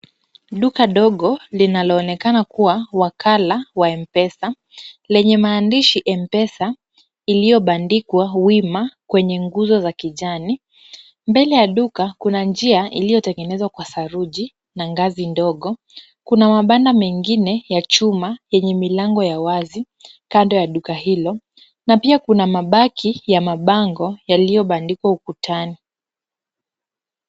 Duka dogo, linalo onekana kua wakala wa Mpesa, lenye maandishi Mpesa, iliyobandikwa wima kwenye nguzo za kijani. Mbele ya duka, kuna njia iliyotengenezwa kwa saruji na ngazi ndogo. Kuna mabanda mengine ya chuma yenye milango ya wazi kando ya duka hilo. Na pia kuna mabaki ya mabango yaliyobandikwa ukutani.